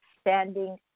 standing